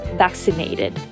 vaccinated